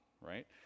Right